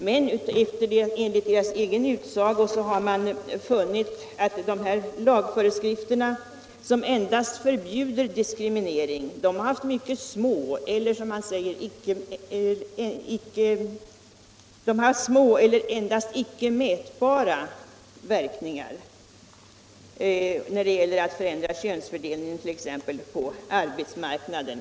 Men enligt amerikanernas egen utsago har man funnit att dessa lagföreskrifter, som en 19 dast förbjuder diskriminering, har haft små eller — som man uttrycker det — endast icke mätbara verkningar när det gäller t.ex. att förändra könsfördelningen på arbetsmarknaden.